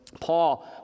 Paul